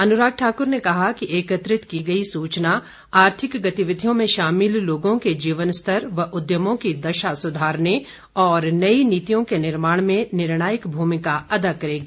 अनुराग ठाक्र ने कहा कि एकत्रित की गई सूचना आर्थिक गतिविधियों में शामिल लोगों के जीवन स्तर व उद्यमों की दशा को सुधारने और नई नीतियों के निर्माण में निर्णायक भूमिका अदा करेगी